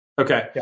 Okay